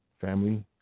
Family